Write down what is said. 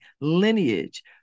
lineage